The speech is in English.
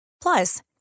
Plus